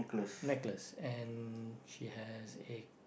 necklace and she has a